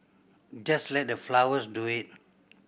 just let the flowers do it